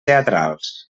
teatrals